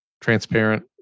transparent